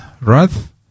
wrath